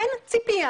אין ציפייה,